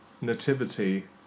nativity